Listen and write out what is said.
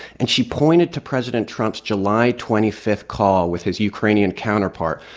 and she pointed to president trump's july twenty five call with his ukrainian counterpart,